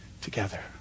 together